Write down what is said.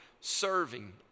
serving